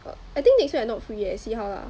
but I think next week I not free eh see how lah